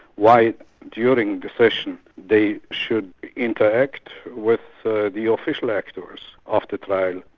why during the session they should interact with the the official actors of the trial.